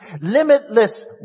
Limitless